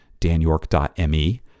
danyork.me